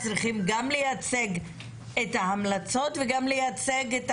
אתם צריכים גם לייצג את ההמלצות וגם לייצג את